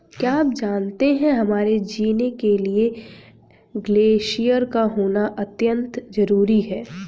क्या आप जानते है हमारे जीने के लिए ग्लेश्यिर का होना अत्यंत ज़रूरी है?